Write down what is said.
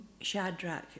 Shadrach